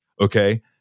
Okay